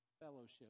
fellowship